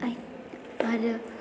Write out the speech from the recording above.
आरो